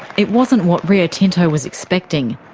it wasn't what rio tinto was expecting,